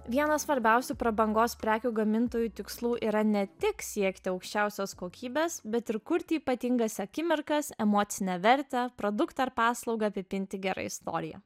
vienas svarbiausių prabangos prekių gamintojų tikslų yra ne tik siekti aukščiausios kokybės bet ir kurti ypatingas akimirkas emocinę vertę produktą ar paslaugą apipinti gera istorija